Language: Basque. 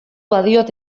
badiot